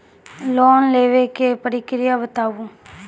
Loan लेवे के प्रक्रिया बताहू?